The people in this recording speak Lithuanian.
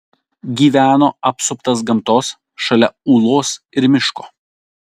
gyveno apsuptas gamtos šalia ūlos ir miško